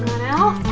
now